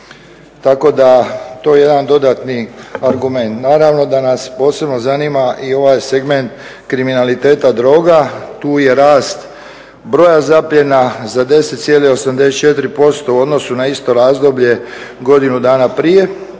tako da je to jedan dodatni argument. Naravno da nas posebno zanima i ovaj segment kriminaliteta droga, tu je rast broja zapljena za 10,84% u odnosu na isto razdoblje godinu dana prije.